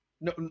No